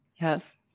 Yes